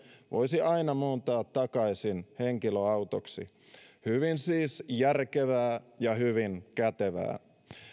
voisi aina muuntaa takaisin henkilöautoksi siis hyvin järkevää ja hyvin kätevää